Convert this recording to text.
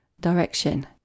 direction